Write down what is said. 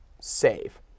Save